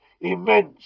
immense